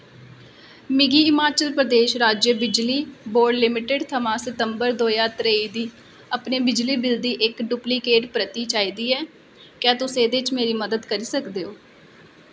मिगी हिमाचल प्रदेश राज्य बिजली बोर्ड लिमिटेड थमां सितंबर दो ज्हार त्रेई दी अपने बिजली बिल दी इक डुप्लीकेट प्रति चाहिदी ऐ क्या तुस एह्दे च मेरी मदद करी सकदे